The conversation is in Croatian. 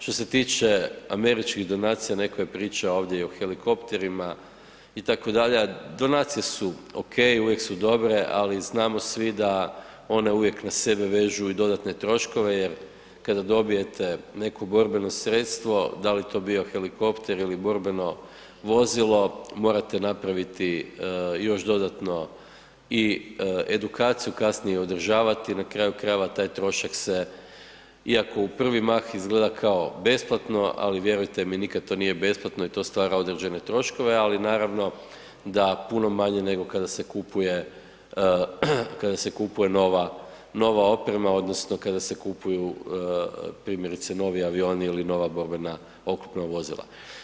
Što se tiče američkih donacija, neko je pričao ovdje i o helikopterima itd., donacije su ok, uvije su dobre, ali znamo svi da one uvijek na sebe vežu i dodatne troškove jer kada dobijete neko borbeno sredstvo, da li to bio helikopter ili borbeno vozilo morate napraviti još dodatno i edukaciju i kasnije održavati i na kraju krajeva taj trošak se iako u prvi mah izgleda besplatno, ali vjerujte mi nikada to nije besplatno i to stvara određene troškove, ali naravno puno manje nego kada se kupuje nova oprema odnosno kada se kupuju primjerice novi avioni ili nova borbe oklopna vozila.